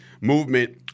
movement